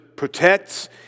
protects